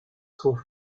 sont